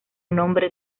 nombre